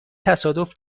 تصادف